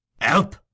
Help